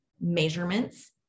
measurements